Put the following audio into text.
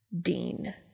Dean